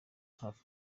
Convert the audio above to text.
hafi